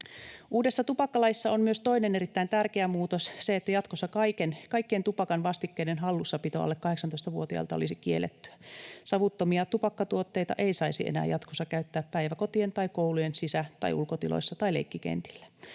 Uudessa tupakkalaissa on myös toinen erittäin tärkeä muutos, se, että jatkossa kaikkien tupakan vastikkeiden hallussapito alle 18-vuotiaana olisi kiellettyä. Savuttomia tupakkatuotteita ei saisi enää jatkossa käyttää päiväkotien tai koulujen sisä- tai ulkotiloissa tai leikkikentillä.